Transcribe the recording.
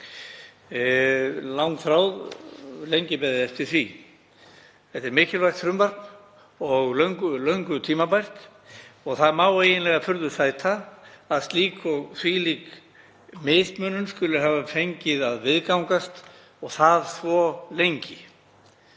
langþráð mál, lengi beðið eftir því. Þetta er mikilvægt frumvarp og löngu tímabært. Það má eiginlega furðu sæta að slík og þvílík mismunun skuli hafa fengið að viðgangast og það svo lengi.